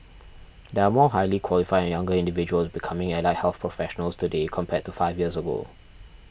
there are more highly qualified and younger individuals becoming allied health professionals today compared to five years ago